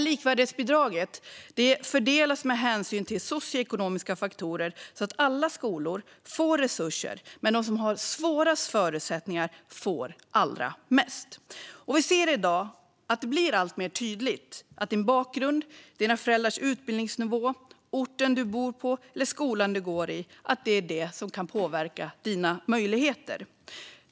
Likvärdighetsbidraget fördelas med hänsyn till socioekonomiska faktorer så att alla skolor får resurser, men de som har svårast förutsättningar får allra mest. Vi ser i dag att det blir alltmer tydligt att det är din bakgrund, dina föräldrars utbildningsnivå, orten du bor på eller skolan du går i som kan påverka dina möjligheter.